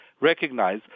recognize